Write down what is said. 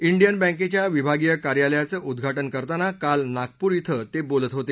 Indian बँकेच्या विभागीय कार्यालयाचं उद्घाटन करताना काल नागपूर इथं ते बोलत होते